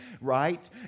right